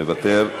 מוותר.